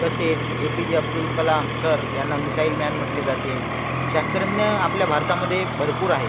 तसेच A P J Abdul Kalam sir यांना missile man म्हटले जाते शास्त्रज्ञ आपल्या भारतामध्ये भरपूर आहेत